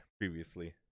previously